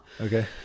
Okay